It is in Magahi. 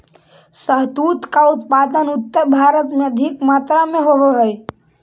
शहतूत का उत्पादन उत्तर भारत में अधिक मात्रा में होवअ हई